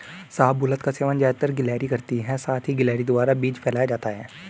शाहबलूत का सेवन ज़्यादातर गिलहरी करती है साथ ही गिलहरी द्वारा बीज फैलाया जाता है